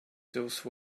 those